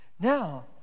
Now